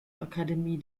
akademie